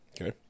Okay